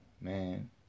man